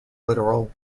literal